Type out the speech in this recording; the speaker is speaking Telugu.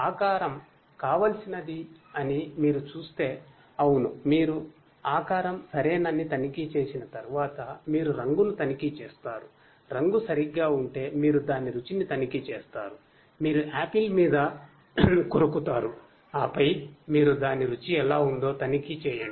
ఆకారం కావాల్సినది అని మీరు చూస్తే అవును మీరు ఆకారం సరేనని తనిఖీ చేసిన తర్వాత మీరు రంగును తనిఖీ చేస్తారు రంగు సరిగ్గా ఉంటే మీరు దాని రుచిని తనిఖీ చేస్తారు మీరు ఆపిల్ మీద కొరుకుతారు ఆపై మీరు దాని రుచి ఎలా ఉందో తనిఖీ చేయండి